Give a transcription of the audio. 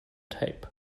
tape